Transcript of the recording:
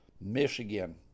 Michigan